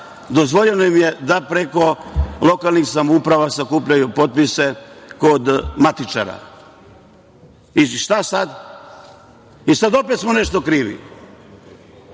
dozvoljeno im je da preko lokalnih samouprava sakupljaju potpise kod matičara. I, šta sad? Sad smo opet nešto krivi. Tako